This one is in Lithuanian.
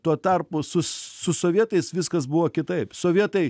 tuo tarpu su su sovietais viskas buvo kitaip sovietai